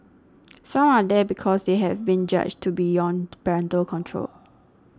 some are there because they have been judged to beyond parental control